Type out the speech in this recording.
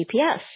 GPS